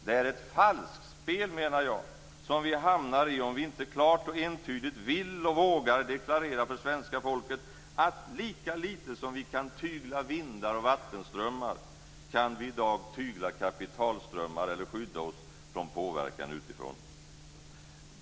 Det är ett falskspel som vi hamnar i om vi inte klart och entydigt vill och vågar deklarera för svenska folket att lika lite som vi kan tygla vindar och vattenströmmar kan vi i dag tygla kapitalströmmar eller skydda oss från påverkan utifrån.